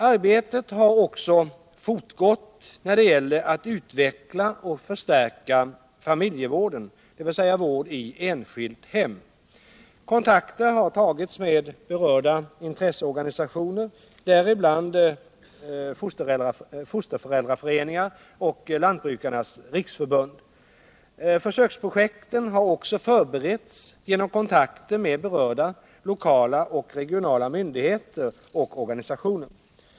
Arbetet har också fortgått när det gäller att utveckla och förstärka familjevården, dvs. vård i enskilt hem. Kontakter har tagits med berörda intresseorganisationer, däribland fosterföräldraföreningar och Lantbrukarnas riksförbund. Försöksprojekten har också förberetts genom kontakter med berörda lokala och regionala myndigheter och organisationer.